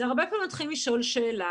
זה הרבה פעמים הם מתחילים לשאול שאלה